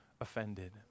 offended